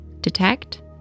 Detect